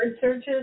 searches